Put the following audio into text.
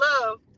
love